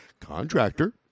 contractor